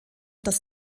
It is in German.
das